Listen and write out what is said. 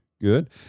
Good